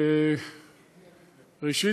ראשית,